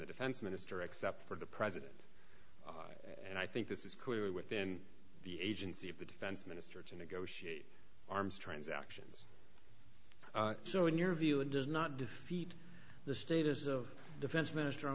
the defense minister except for the president and i think this is clearly within the agency of the defense minister to negotiate arms transactions so in your view and does not defeat the status of defense minister